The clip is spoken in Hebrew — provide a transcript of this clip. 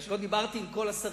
כי לא דיברתי עם כל השרים,